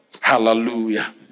Hallelujah